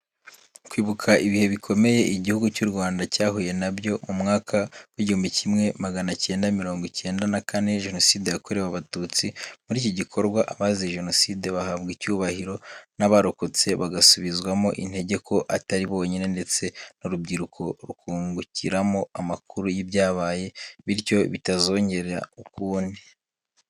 Kwibuka ibihe bikomeye igihugu cy’U Rwanda cyahuye na byo mu mwaka w’igihumbi kimwe magana cyenda mirongo icyenda na kane jenoside yakorewe abatutsi, muri iki gikorwa abazize jenoside bahabwa icyubahiro n’abarokotse bagasubizwamo intege ko atari bonyine ndetse n’urubyiruko rukungukiramo amakuru y’ibyabaye, bityo bitazongera ukundi.